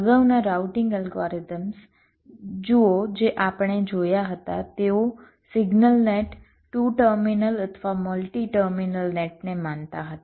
અગાઉના routing algorithms જુઓ જે આપણે જોયા હતા તેઓ સિગ્નલ નેટ ટુ ટર્મિનલ અથવા મલ્ટી ટર્મિનલ નેટને માનતા હતા